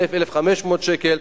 1,000 1,500 שקל.